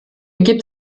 gibt